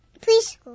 Preschool